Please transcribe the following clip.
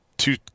Two